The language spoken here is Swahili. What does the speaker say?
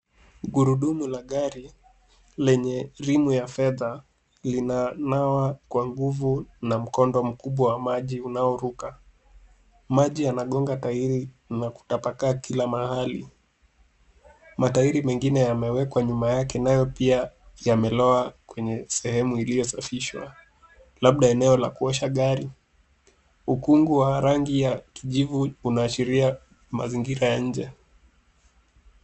Gurudumu la gari lenye rimu ya fedha linanawa kwa nguvu na mkondo mkubwa wa maji unaoruka. Maji yanagonga tairi na kutapaka kila mahali. Matairi mengine yamewekwa nyuma yake, nayo pia yameroa kwenye sehemu iliyosafishwa, labda eneo la kuosha gari, ukungu wa rangi ya kijivu unaashiria mazingira ya nje.